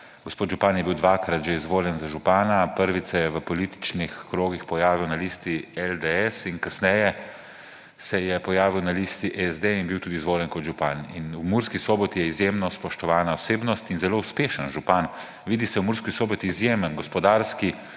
Gospod župan je bil dvakrat že izvoljen za župana, prvič se je v političnih krogih pojavil na listi LDS in kasneje se je pojavil na listi SD in bil tudi izvoljen kot župan. V Murski Soboti je izjemno spoštovana osebnost in zelo uspešen župan, vidi se v Murski Soboti izjemen gospodarski